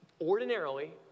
ordinarily